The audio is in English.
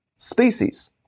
species